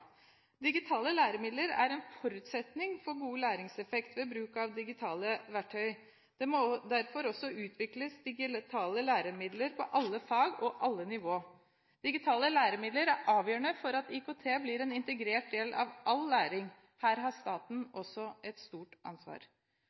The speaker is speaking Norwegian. Digitale læremidler er en forutsetning for god læringseffekt ved bruk av digitale verktøy. Det må derfor også utvikles digitale læremidler for alle fag på alle nivå. Digitale læremidler er avgjørende for at IKT blir en integrert del av all læring. Her har staten et stort ansvar.